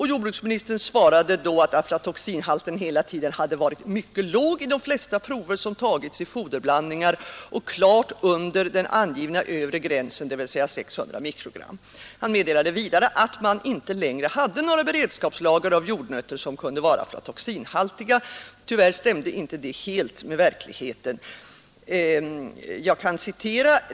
Jordbruksministern svarade då att aflatoxinhalten hela tiden varit mycket låg i de flesta prover som tagits i foderblandningar och klart under den angivna övre gränsen, dvs. 600 mikrogram. Han meddelade vidare att man inte längre ade några beredskapslager av jordnötter som kunde vara aflatoxinhaltiza. Tyvärr stämde detta inte helt med verkligheten.